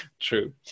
True